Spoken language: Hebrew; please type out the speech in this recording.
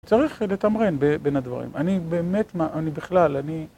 צריך לתמרן בין הדברים. אני באמת, אני בכלל, אני...